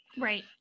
right